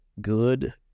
good